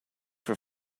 for